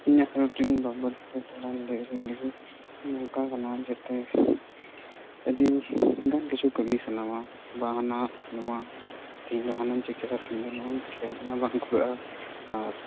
ᱤᱧᱟᱹᱜ ᱨᱩᱴᱤᱱ ᱵᱟᱵᱚᱫᱛᱮ ᱛᱷᱚᱲᱟᱧ ᱞᱟᱹᱭ ᱟᱹᱜᱩ ᱞᱮᱜᱮ ᱱᱚᱝᱠᱟ ᱠᱟᱱᱟ ᱡᱟᱛᱮ ᱟᱹᱰᱤᱜᱟᱱ ᱠᱤᱪᱷᱩ ᱠᱟᱹᱢᱤ ᱥᱟᱱᱟᱣᱟ ᱵᱟᱦᱱᱟ ᱱᱚᱣᱟ ᱛᱮᱦᱮᱧ ᱫᱚ ᱦᱟᱱᱟᱧ ᱪᱤᱠᱟᱹᱭᱟ ᱛᱮᱦᱤᱧ ᱫᱚ ᱱᱚᱣᱟᱧ ᱪᱤᱠᱟᱹᱭᱟ ᱚᱱᱟ ᱵᱟᱝ ᱠᱚᱨᱟᱜᱼᱟ ᱟᱨ